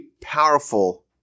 powerful